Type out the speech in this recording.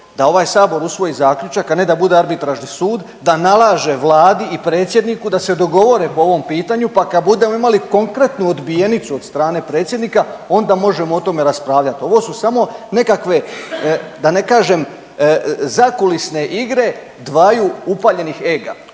da ovaj sabor usvoji zaključak, a ne da bude arbitražni sud, da nalaže Vladi i predsjedniku da se dogovore po ovom pitanju, pa kad budemo imali konkretnu odbijenicu od strane predsjednika onda možemo o tome raspravljati. Ovo su samo nekakve da ne kažem zakulisne igre dvaju upaljenih ega